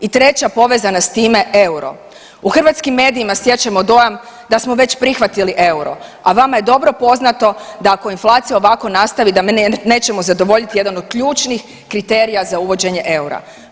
I treća povezana s time euro u hrvatskim medijima stječemo dojam da smo već prihvatili euro, a vama je dobro poznato da ako inflacija ovako nastavi da nećemo zadovoljiti jedan od ključnih kriterija za uvođenja eura.